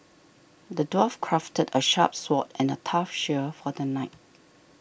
the dwarf crafted a sharp sword and a tough shield for the knight